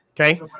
okay